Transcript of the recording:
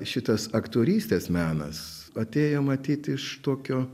šitas aktorystės menas atėjo matyt iš tokio